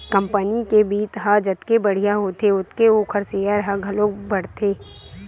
company के बित्त ह जतके बड़िहा होथे ओतके ओखर सेयर ह घलोक बाड़थे